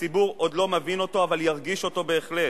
הציבור עוד לא מבין אותו אבל ירגיש אותו בהחלט,